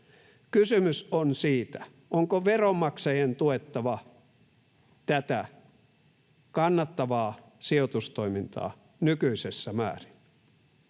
Kysymys on siitä, onko veronmaksajien tuettava tätä kannattavaa sijoitustoimintaa nykyisessä määrin.